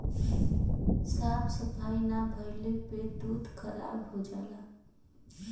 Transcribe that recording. साफ सफाई ना भइले पे दूध खराब हो जाला